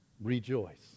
rejoice